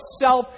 self